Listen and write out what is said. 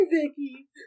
Vicky